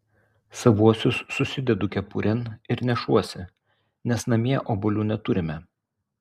savuosius susidedu kepurėn ir nešuosi nes namie obuolių neturime